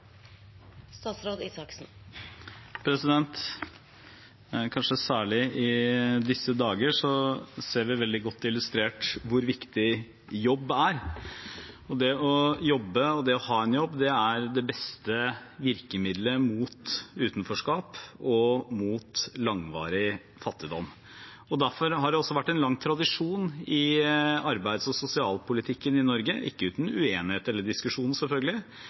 Det å jobbe og det å ha en jobb er det beste virkemiddelet mot utenforskap og mot langvarig fattigdom. Derfor har det vært en lang tradisjon i arbeids- og sosialpolitikken i Norge – ikke uten uenighet eller diskusjon, selvfølgelig